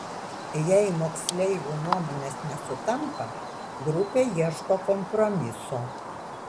jei moksleivių nuomonės nesutampa grupė ieško kompromiso